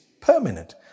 permanent